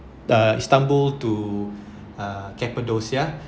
the instanbul to uh cappadocia